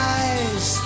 eyes